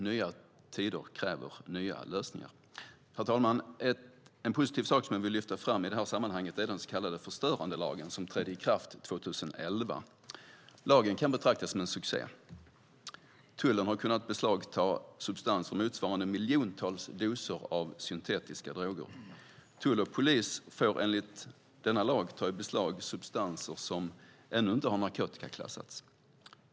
Nya tider kräver nya lösningar. Herr talman! En positiv sak som jag vill lyfta fram i detta sammanhang är den så kallade förstörandelagen som trädde i kraft 2011. Lagen kan betraktas som en succé. Tullen har kunnat beslagta substanser motsvarande miljontals doser av syntetiska droger. Tull och polis får enligt denna lag ta i beslag substanser som ännu inte har narkotikaklassats.